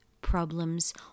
problems